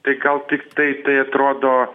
tai gal tiktai tai atrodo